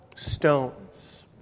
Stones